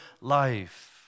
life